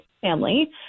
family